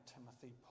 Timothy